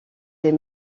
des